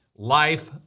life